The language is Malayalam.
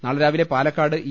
നാളെ രാവിലെ പാലക്കാട് ഇ